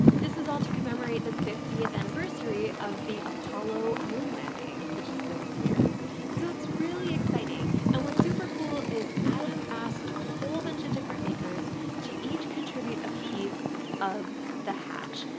this is all to commemorate the fiftieth anniversary of the apollo moon landing, which is this year so it's really exciting and what super cool is adam asked a whole bunch of different makers to each contribute a piece of the hatch.